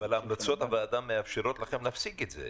אבל המלצות הוועדה מאפשרות לכם להפסיק את זה?